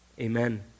amen